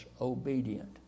obedient